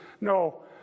no